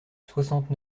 soixante